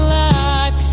life